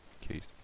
case